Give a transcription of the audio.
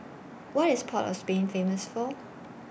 What IS Port of Spain Famous For